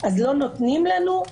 אז לא נותנים לנו?